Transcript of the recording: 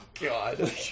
God